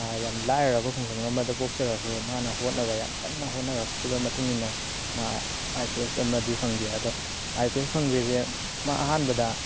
ꯌꯥꯝ ꯂꯥꯏꯔꯕ ꯈꯨꯡꯒꯪ ꯑꯃꯗ ꯄꯣꯛꯆꯔꯁꯨ ꯃꯥꯅ ꯍꯣꯠꯅꯕ ꯌꯥꯝ ꯀꯟꯅ ꯍꯣꯠꯅꯔꯛꯈꯤꯕ ꯃꯇꯨꯡ ꯏꯟꯅ ꯃꯥ ꯑꯥꯏ ꯄꯤ ꯑꯦꯁ ꯑꯃꯗꯤ ꯐꯪꯈꯤ ꯑꯗꯣ ꯑꯥꯏ ꯄꯤ ꯑꯦꯁ ꯐꯪꯒ꯭ꯔꯤꯁꯦ ꯃꯥ ꯑꯍꯥꯟꯕꯗ